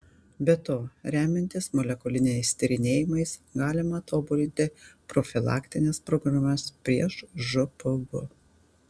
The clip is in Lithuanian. be to remiantis molekuliniais tyrinėjimais galima tobulinti profilaktines programas prieš žpv